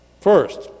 first